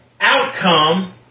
outcome